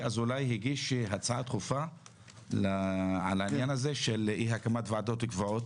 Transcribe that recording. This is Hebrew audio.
אזולאי הגיש הצעה דחופה על העניין הזה של אי הקמת ועדות קבועות